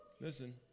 Listen